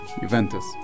Juventus